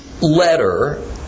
letter